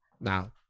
Now